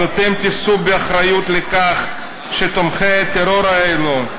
אתם תישאו באחריות לכך שתומכי הטרור האלה,